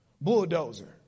bulldozer